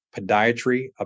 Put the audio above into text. podiatry